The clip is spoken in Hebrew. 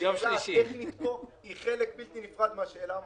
השאלה הטכנית פה היא חלק בלתי נפרד מהשאלה המהותית.